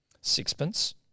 Sixpence